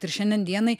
ir šiandien dienai